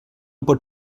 pot